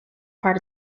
part